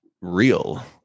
real